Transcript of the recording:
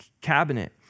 cabinet